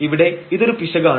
ഇവിടെ ഇതൊരു പിശകാണ്